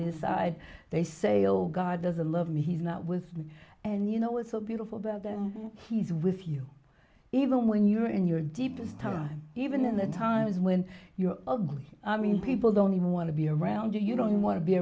side they sail god doesn't love me he's not with me and you know it's so beautiful that he's with you even when you're in your deepest time even in the times when you're ugly i mean people don't even want to be around you you don't want to be